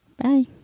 Bye